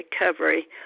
recovery